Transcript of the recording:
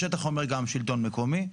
השטח אומר גם שלטון מקומי.